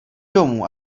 domů